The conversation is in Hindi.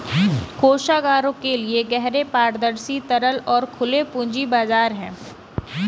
कोषागारों के लिए गहरे, पारदर्शी, तरल और खुले पूंजी बाजार हैं